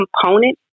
component